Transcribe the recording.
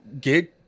gig